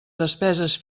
despeses